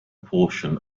portion